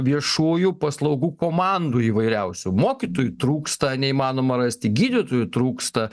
viešųjų paslaugų komandų įvairiausių mokytojų trūksta neįmanoma rasti gydytojų trūksta